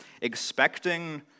Expecting